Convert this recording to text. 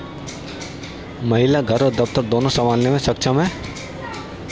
महिला घर और दफ्तर दोनो संभालने में सक्षम हैं